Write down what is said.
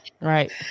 right